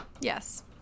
Yes